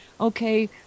okay